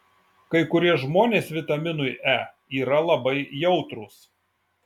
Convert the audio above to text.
kai kurie žmonės vitaminui e yra labai jautrūs